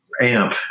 amp